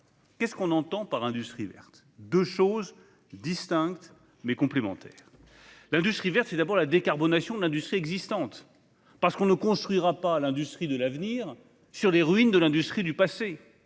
verte. Qu'entend-on par industrie verte ? Deux choses distinctes, mais complémentaires. L'industrie verte, c'est d'abord la décarbonation de l'industrie existante : on ne construira pas l'industrie de l'avenir sur les ruines de l'industrie du passé.